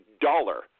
dollar